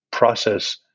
process